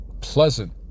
pleasant